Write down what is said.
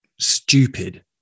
Stupid